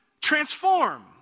transform